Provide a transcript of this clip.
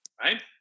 Right